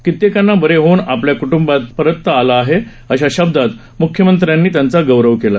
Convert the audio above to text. कित्येकांना बरे होऊन आपल्या क्ट्ंबात परतता आले आहे अशा शब्दांत मुख्यमंत्र्यांनी त्यांचा गौरव केला